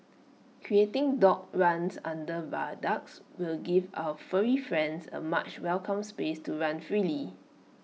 creating dog runs under viaducts will give our furry friends A much welcome space to run freely